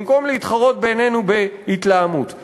במקום להתחרות בינינו בהתלהמות.